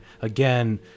again